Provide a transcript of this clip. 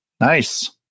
Nice